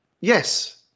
yes